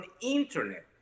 internet